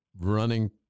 running